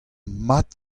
mat